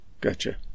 Gotcha